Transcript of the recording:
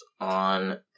on